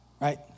right